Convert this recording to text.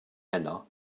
heno